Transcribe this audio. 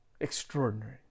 Extraordinary